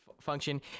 function